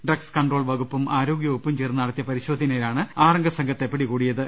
drugs control വകുപ്പും ആരോഗൃവകുപ്പും ചേർന്ന് നടത്തിയ പരിശോധനയി ലാണ് ആറംഗസംഘത്തെ പിടികൂടിയത്